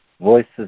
Voices